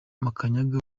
makanyaga